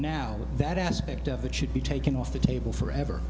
now that aspect of it should be taken off the table forever